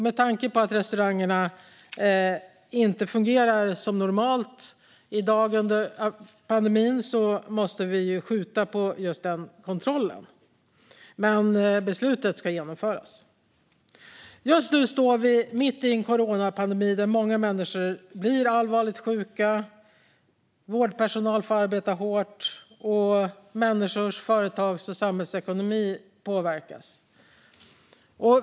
Med tanke på att restaurangerna inte fungerar som normalt i dag under pandemin måste vi skjuta på den kontrollen. Beslutet ska dock genomföras. Just nu befinner vi oss mitt i en coronapandemi. Många människor blir allvarligt sjuka, vårdpersonal får arbeta hårt och människors, företags och samhällets ekonomi påverkas.